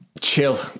chill